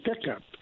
pickup